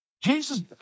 Jesus